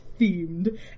themed